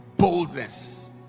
Boldness